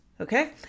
Okay